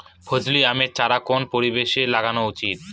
ফজলি আমের চারা কোন পরিবেশে লাগানো উচিৎ?